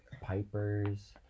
Pipers